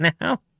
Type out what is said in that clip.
now